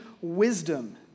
wisdom